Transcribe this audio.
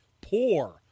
poor